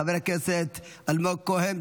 חבר הכנסת אלמוג כהן,